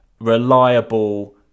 reliable